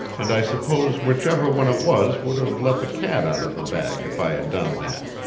and i suppose whichever one it was would have let the cat out of the bag if i had done that.